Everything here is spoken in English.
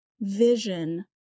vision